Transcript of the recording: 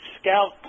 scout